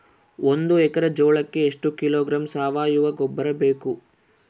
ಒಂದು ಎಕ್ಕರೆ ಜೋಳಕ್ಕೆ ಎಷ್ಟು ಕಿಲೋಗ್ರಾಂ ಸಾವಯುವ ಗೊಬ್ಬರ ಬೇಕು?